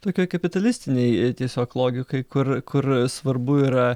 tokioj kapitalistinėj tiesiog logikai kur kur svarbu yra